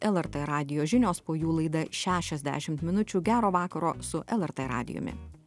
lrt radijo žinios po jų laida šešiasdešimt minučių gero vakaro su lrt radijumi